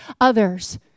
others